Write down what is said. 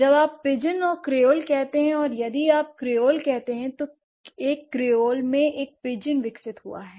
जब आप पिजिन और क्रेओल कहते हैं और यदि आप एक क्रियोल कहते हैं तो एक क्रिडोल में एक पिजिन विकसित हुआ है